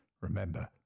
remember